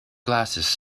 glasses